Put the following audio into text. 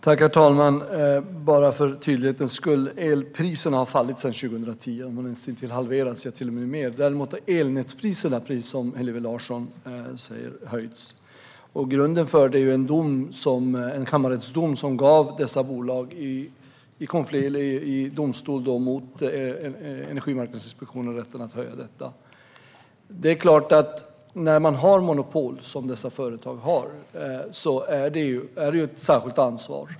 Herr talman! Bara för tydlighetens skull: Elpriserna har fallit sedan 2010. De har näst intill halverats eller till och med mer. Däremot har elnätspriserna, precis som Hillevi Larsson säger, höjts. Grunden för det är en kammarrättsdom som gav dessa bolag, mot Energimarknadsinspektionen, rätten att höja priserna. När man har monopol, som dessa företag har, är det klart att det är ett särskilt ansvar.